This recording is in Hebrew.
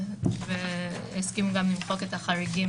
והסכימו למחוק את החריגים.